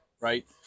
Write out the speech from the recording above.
right